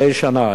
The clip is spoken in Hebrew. מדי שנה,